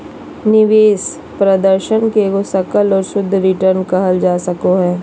निवेश प्रदर्शन के एगो सकल और शुद्ध रिटर्न कहल जा सको हय